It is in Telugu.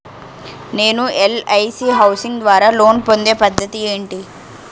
నేను ఎల్.ఐ.సి హౌసింగ్ ద్వారా లోన్ పొందే పద్ధతి ఏంటి?